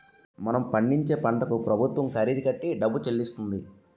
మనం పండించే పంటకు ప్రభుత్వం ఖరీదు కట్టే డబ్బు చెల్లిస్తుంది